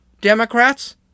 Democrats